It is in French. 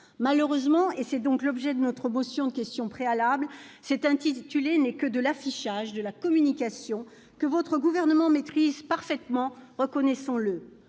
Malheureusement, et c'est l'objet de notre motion de question préalable, cet intitulé n'est que de l'affichage, de la communication, disciplines que votre gouvernement maîtrise parfaitement, reconnaissons-le.